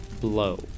Blow